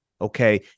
okay